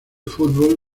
fútbol